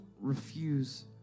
refuse